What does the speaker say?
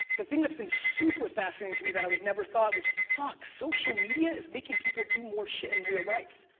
the thing that's been super fascinating to me that i would never thought which is fuck, social media is making people do more shit in real life.